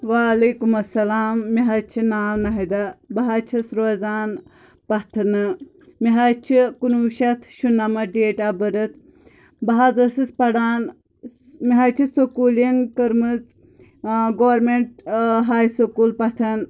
وَعلیکُم اَلسَلام مےٚ حظ چھُ ناو ناہدہ بہٕ حظ چھیٚس روزان پتھنہٕ مےٚ حظ چھُ کُنوُہ شتھ شُنمتھ ڈیٹ آف بٔرٕتھ بہٕ حظ ٲسٕس پران مےٚ حظ چھِ سُکوٗلِنٛگ کٔرمٕژ ٲں گورمیٚنٛٹ ٲں ہاے سُکوٗل پَتھن